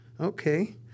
Okay